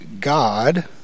God